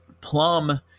plum